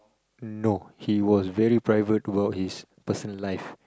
no he was very private about his personal life